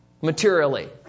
materially